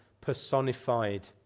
personified